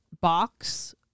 box